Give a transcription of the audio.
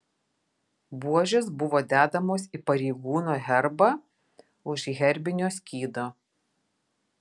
buožės buvo dedamos į pareigūno herbą už herbinio skydo